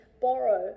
borrow